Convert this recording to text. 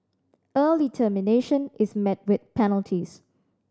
early termination is met with penalties